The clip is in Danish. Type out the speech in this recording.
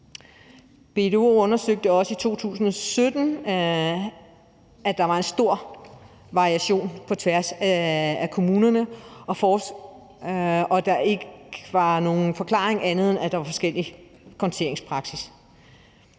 BDO's undersøgelse i 2017 viste også, at der var en stor variation på tværs af kommunerne, og at der ikke var anden forklaring, end at der var forskellig konteringspraksis.